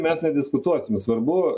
mes nediskutuosim svarbu